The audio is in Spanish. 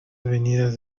venidas